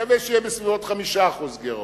אני מקווה שיהיה בסביבות 5% גירעון.